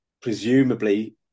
presumably